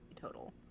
total